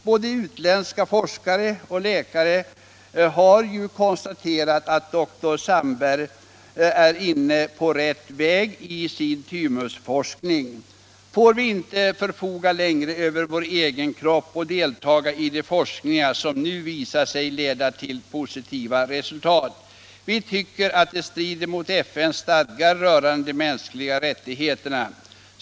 Både utländska forskare och läkare har ju konstaterat att Dr Sandberg är inne på rätt väg i sin Thymusforskning. Får vi inte förfoga längre över vår egen kropp och deltaga i de forskningar som nu visat sig leda till positiva resultat? Vi tycker att det strider mot FN:s stadga rörande de mänskliga rättigheterna.